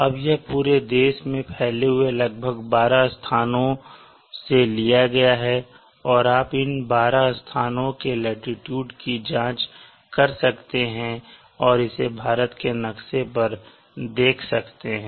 अब यह पूरे देश में फैले हुए लगभग बारह स्थानों से लिया गया है और आप इन बारह स्थानों के लाटीट्यूड की जांच कर सकते हैं और इसे भारत के नक्शे पर देख सकते हैं